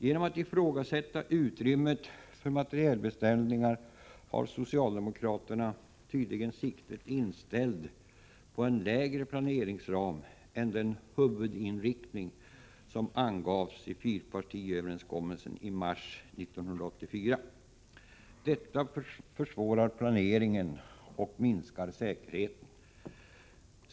Genom att ifrågasätta utrymmet för materialbeställningar har socialdemokraterna tydligen siktet inställt på en lägre planeringsram än den huvudriktning som angavs i fyrpartiöverenskommelsen i mars 1984. Detta försvårar planeringen och minskar säkerheten.